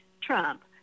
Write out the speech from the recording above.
Trump